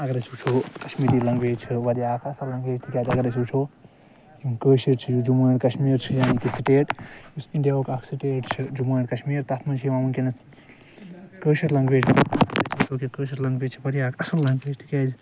اگر أسۍ وٕچھو کَشمیٖری لنگویج چھِ واریاہ اکھ اصل لنگویج تکیاز اگر أسۍ وٕچھو یِم کٲشر چھِ جموں اینٛڈ کشمیٖرچھِ یعنی کہ سٹیٹ یُس اِنڈیاہُک اکھ سٹیٹ چھُ جموں اینٛڈ کشمیٖر تتھ مَنٛز چھ یِوان ونکیٚنَس کٲشٕر لنگویج کٲشٕر لنگویج چھِ اکھ واریاہ اصل لینٛگویج تکیاز